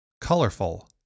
Colorful